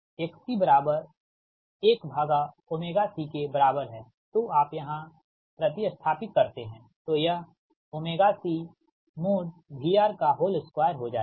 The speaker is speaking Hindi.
तो आप यहाँ प्रति स्थापित करते हैंतो यह CVR2 हो जाएगा